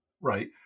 right